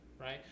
right